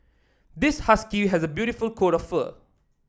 this husky has a beautiful coat of fur